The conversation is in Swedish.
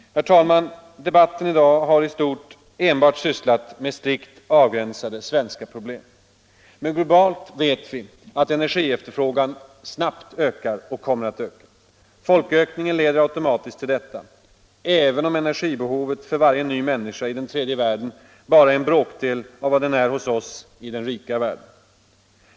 Herr talman! Debatten i dag har i stort enbart sysslat med strikt avgränsade svenska problem. Globalt sett vet vi att energiefterfrågan snabbt ökar och kommer att öka. Folkökningen leder automatiskt till detta, även om energibehovet för varje ny människa i den tredje världen bara är en bråkdel av vad den är hos oss i den rika världen.